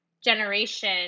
generation